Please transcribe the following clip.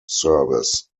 service